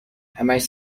همهاش